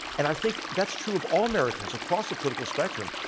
and i think that's true of all americans across the political spectrum.